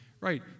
right